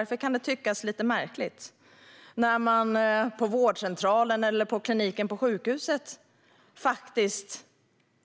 Förslaget kan tyckas lite märkligt när man samtidigt på vårdcentralen eller på kliniken på sjukhuset faktiskt